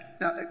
Now